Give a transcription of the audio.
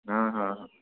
হ্যাঁ হ্যাঁ হ্যাঁ